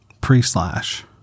pre-slash